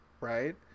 right